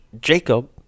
Jacob